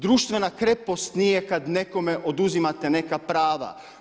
Društvena krepost nije kad nekome oduzimate neka prava.